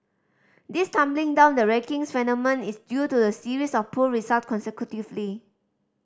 this tumbling down the rankings phenomenon is due to a series of poor result consecutively